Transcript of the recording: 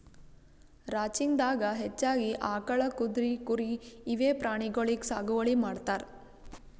ranching ದಾಗಾ ಹೆಚ್ಚಾಗಿ ಆಕಳ್, ಕುದ್ರಿ, ಕುರಿ ಇವೆ ಪ್ರಾಣಿಗೊಳಿಗ್ ಸಾಗುವಳಿ ಮಾಡ್ತಾರ್